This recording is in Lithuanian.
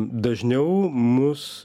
dažniau mus